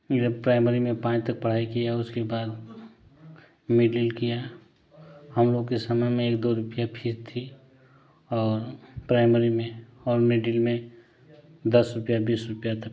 इधर प्राइमरी में पाँच तक पढ़ाई किया उसके बाद मिडिल किया हम लोग के समय में एक दो रुपया फीस थी और प्राइमरी में और मिडिल में दस रुपया बीस रुपया तक था